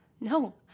No